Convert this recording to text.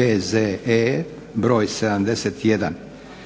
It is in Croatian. P.Z.E. br. 71